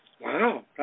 Wow